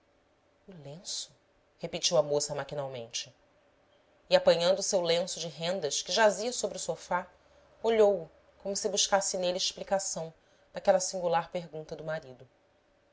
o lenço repetiu a moça maquinalmente e apanhando seu lenço de rendas que jazia sobre o sofá olhou-o como se buscasse nele explicação daquela singular pergunta do marido